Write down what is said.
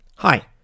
Hi